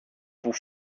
που